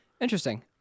Interesting